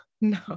no